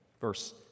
verse